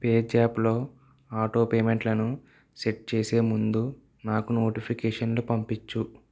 పేజాప్లో ఆటోపేమెంట్లను సెట్ చేసే ముందు నాకు నోటిఫికేషన్లు పంపించు